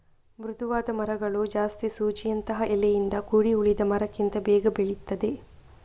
ಮೃದುವಾದ ಮರಗಳು ಜಾಸ್ತಿ ಸೂಜಿಯಂತಹ ಎಲೆಯಿಂದ ಕೂಡಿ ಉಳಿದ ಮರಕ್ಕಿಂತ ಬೇಗ ಬೆಳೀತದೆ